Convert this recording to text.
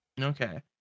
Okay